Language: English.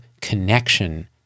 connection